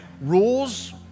rules